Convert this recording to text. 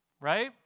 right